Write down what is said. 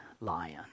lion